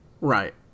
Right